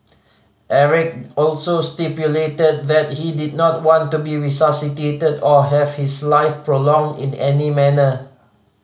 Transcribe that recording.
Eric also stipulated that he did not want to be resuscitated or have his life prolonged in the any manner